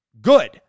good